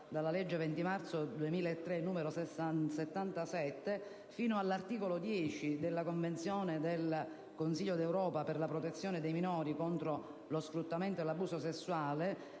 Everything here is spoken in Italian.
dalla legge 20 marzo 2003, n. 77, fino all'articolo 10 della Convenzione del Consiglio d'Europa per la protezione dei minori contro lo sfruttamento e l'abuso sessuale